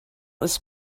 was